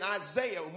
Isaiah